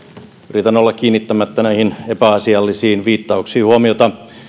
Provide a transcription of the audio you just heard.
yritän olla kiinnittämättä näihin epäasiallisiin viittauksiin huomiota vastaan